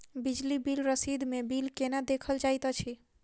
बिजली बिल रसीद मे बिल केना देखल जाइत अछि?